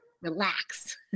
relax